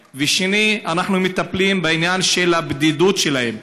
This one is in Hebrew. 2. אנחנו מטפלים בעניין של הבדידות שלהם.